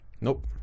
Nope